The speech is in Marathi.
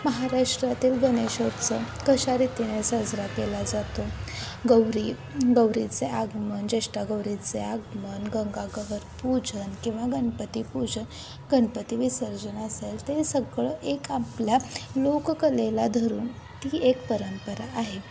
महाराष्ट्रातील गणेशोत्सव कशा रितीने साजरा केला जातो गौरी गौरीचे आगमन ज्येष्ठागौरीचे आगमन गंगागौरी पूजन किंवा गणपतीपूजन गणपती विसर्जन असेल ते सगळं एक आपल्या लोककलेला धरून ती एक परंपरा आहे